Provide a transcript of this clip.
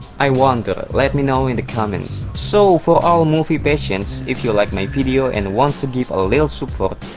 i wonder. let me know in the comments. so, for all movie patients, if you like my video and wants to give a lil' support.